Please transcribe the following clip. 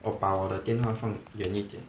我和我的电话放远一点